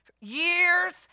years